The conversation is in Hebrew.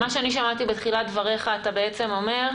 ממה ששמעתי בתחילת דבריך, אתה בעצם אומר: